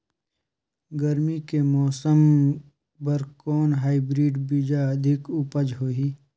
गरमी के मौसम बर कौन हाईब्रिड बीजा अधिक उपज होही?